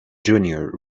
junior